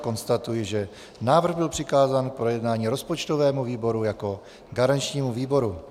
Konstatuji, že návrh byl přikázán k projednání rozpočtovému výboru jako garančnímu výboru.